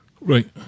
Right